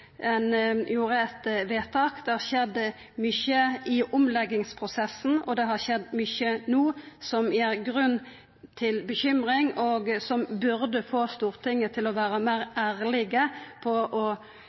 ein gjorde eit vedtak. Det har skjedd mykje i omleggingsprosessen, og det har skjedd mykje no som gir grunn til bekymring, og som burde få Stortinget til å vera meir